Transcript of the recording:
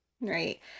Right